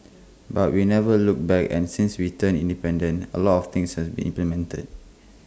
but we never looked back and since we turned independent A lot of things has been implemented